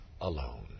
alone